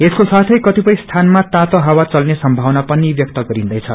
यसको साथै कतिपय स्थानमा लू चल्ने सम्भावना पनि व्यक्त गरिदेछ